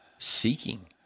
seeking